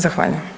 Zahvaljujem.